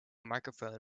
microphone